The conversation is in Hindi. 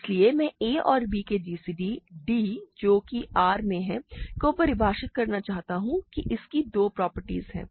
इसलिए मैं a और b के gcd d जो कि की R में है को परिभाषित करना चाहता हूं कि इसके दो प्रॉपर्टीज़ हैं